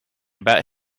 about